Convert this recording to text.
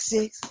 Six